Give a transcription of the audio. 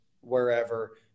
wherever